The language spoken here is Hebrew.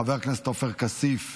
חבר הכנסת עופר כסיף,